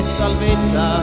salvezza